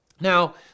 Now